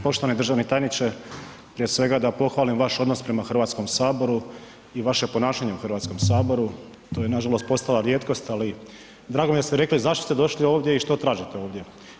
Poštovani državni tajniče, prije svega da pohvalim vaš odnos prema Hrvatskom saboru i vaše ponašanje u Hrvatskom saboru, to je nažalost postala rijetkost ali drago mi je da ste rekli zašto ste došli ovdje i što tražite ovdje.